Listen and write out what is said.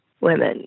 women